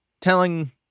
telling